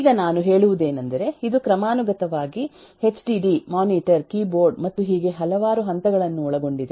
ಈಗ ನಾನು ಹೇಳುವುದೇನೆಂದರೆ ಇದು ಕ್ರಮಾನುಗತವಾಗಿ ಎಚ್ಡಿಡಿ ಮಾನಿಟರ್ ಕೀಬೋರ್ಡ್ ಮತ್ತು ಹೀಗೆ ಹಲವಾರು ಹಂತಗಳನ್ನು ಒಳಗೊಂಡಿದೆ